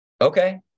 Okay